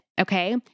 okay